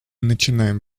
начинаем